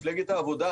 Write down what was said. מפלגת העבודה,